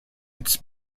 its